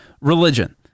religion